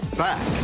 back